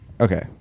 Okay